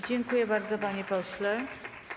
Dziękuję bardzo, panie pośle.